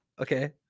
Okay